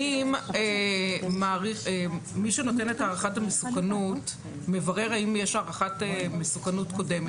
אם מי שנותן את הערכת המסוכנות מברר האם יש הערכת מסוכנות קודמת,